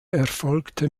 erfolgte